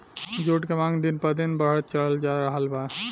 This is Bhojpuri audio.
जुट के मांग दिन प दिन बढ़ल चलल जा रहल बा